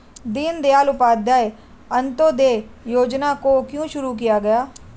दीनदयाल उपाध्याय अंत्योदय योजना को क्यों शुरू किया गया?